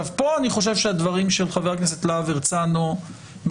פה אני חושב שהדברים של חבר הכנסת להב הרצנו בנושא